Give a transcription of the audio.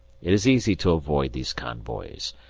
it is easy to avoid these convoys.